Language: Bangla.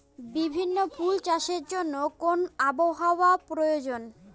বিভিন্ন ফুল চাষের জন্য কোন আবহাওয়ার প্রয়োজন?